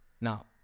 Now